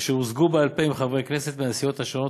ואשר הושגו בעל-פה עם חברי כנסת מהסיעות השונות